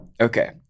Okay